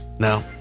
Now